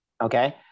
Okay